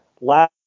last